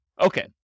Okay